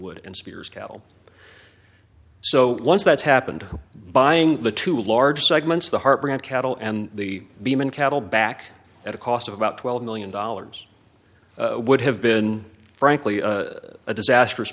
wood and spears cattle so once that's happened buying the two large segments the harbor and cattle and the beam and cattle back at a cost of about twelve million dollars would have been frankly a disastrous